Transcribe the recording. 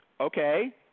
okay